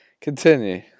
continue